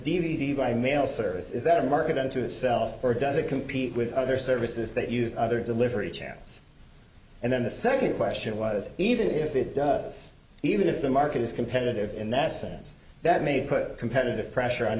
d by mail service is that a market unto itself or does it compete with other services that use other delivery channels and then the second question was even if it does even if the market is competitive in that sense that may put competitive pressure on